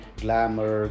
glamour